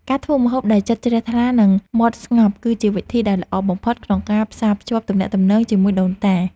ការធ្វើម្ហូបដោយចិត្តជ្រះថ្លានិង មាត់ស្ងប់គឺជាវិធីដែលល្អបំផុតក្នុងការផ្សារភ្ជាប់ទំនាក់ទំនងជាមួយដូនតា។